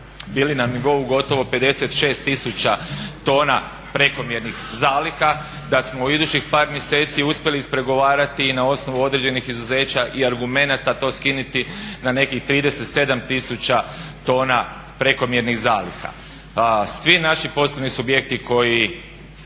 bili na nivou gotovo 56 tisuća tona prekomjernih zaliha. Da smo u idućih par mjeseci uspjeli ispregovarati i na osnovu određenih izuzeća i argumenata to skinuti na nekih 37 tisuća tona prekomjernih zaliha. Svi naši poslovni subjekti koji